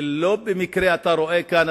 ולא במקרה אתה רואה ומזהה כאן,